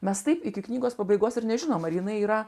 mes taip iki knygos pabaigos ir nežinome ar jinai yra